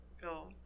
go